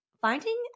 finding